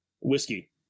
whiskey